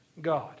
God